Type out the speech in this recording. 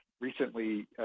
recently